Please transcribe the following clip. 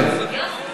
השריונים?